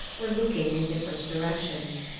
were looking in different directions.